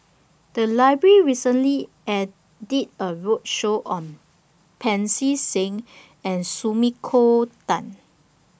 The Library recently did A roadshow on Pancy Seng and Sumiko Tan